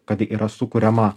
kad yra sukuriama